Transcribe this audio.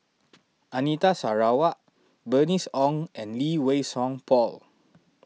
Anita Sarawak Bernice Ong and Lee Wei Song Paul